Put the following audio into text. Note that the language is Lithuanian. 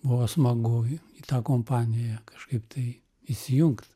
buvo smagu į tą kompaniją kažkaip tai įsijungt